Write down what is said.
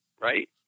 right